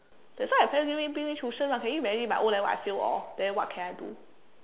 that's why my parents give me bring me tuition lah can you imagine my O-level I fail all then what can I do